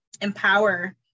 empower